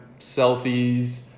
selfies